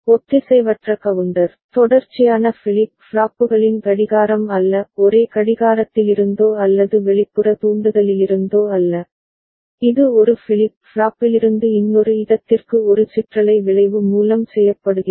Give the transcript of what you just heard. ஒத்திசைவற்ற கவுண்டர் தொடர்ச்சியான ஃபிளிப் ஃப்ளாப்புகளின் கடிகாரம் அல்ல ஒரே கடிகாரத்திலிருந்தோ அல்லது வெளிப்புற தூண்டுதலிலிருந்தோ அல்ல இது ஒரு ஃபிளிப் ஃப்ளாப்பிலிருந்து இன்னொரு இடத்திற்கு ஒரு சிற்றலை விளைவு மூலம் செய்யப்படுகிறது